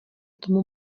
tomu